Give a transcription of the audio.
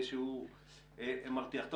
שהוא מרתיח.